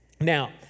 Now